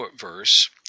verse